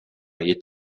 est